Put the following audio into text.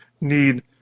need